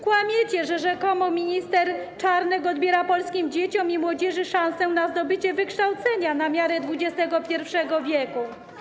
Kłamiecie, że rzekomo minister Czarnek odbiera polskim dzieciom i młodzieży szansę na zdobycie wykształcenia na miarę XXI w.